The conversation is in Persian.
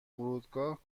فرودگاه